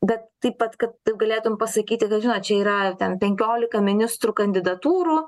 bet taip pat kad tu galėtum pasakyti kad žinot čia yra ten penkiolika ministrų kandidatūrų